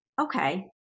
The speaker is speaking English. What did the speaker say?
okay